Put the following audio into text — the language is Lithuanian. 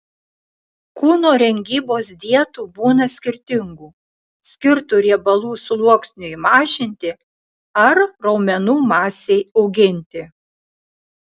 kūno rengybos dietų būna skirtingų skirtų riebalų sluoksniui mažinti ar raumenų masei auginti